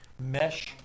Mesh